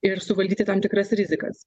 ir suvaldyti tam tikras rizikas